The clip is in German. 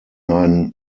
ein